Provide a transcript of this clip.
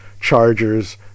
Chargers